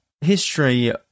history